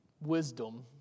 wisdom